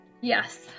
Yes